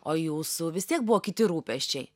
o jūsų vis tiek buvo kiti rūpesčiai